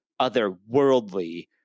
otherworldly